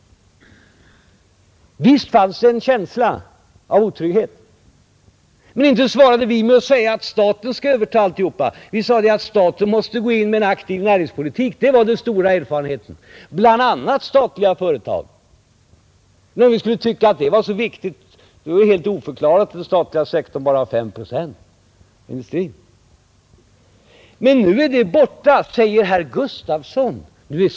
Visst fanns det en känsla av otrygghet, men inte svarade vi med att säga att staten skulle överta alltsammans — vi sade att staten måste föra en aktiv näringspolitik med bl.a. statliga företag. Om det hade varit så viktigt för oss att få statliga företag är det ju helt oförklarligt att den statliga sektorn bara har 5 procent av industriföretagen. Nu är situationen en annan, säger herr Gustafson i Göteborg.